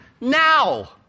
now